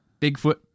Bigfoot